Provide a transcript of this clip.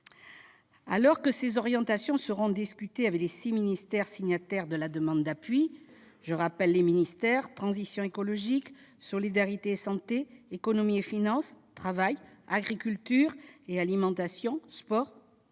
Alors que ces orientations seront discutées avec les six ministères signataires de la demande d'appui- transition écologique, solidarités et santé, économie et finances, travail, agriculture et alimentation, sports